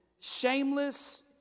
shameless